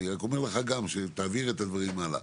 ואני רק אומר לך שתעביר את הדברים הלאה: